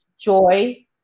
joy